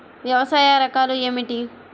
వ్యవసాయ రకాలు ఏమిటి?